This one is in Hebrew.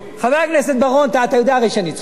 חבר הכנסת בר-און, אתה הרי יודע שאני צודק.